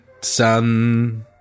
sun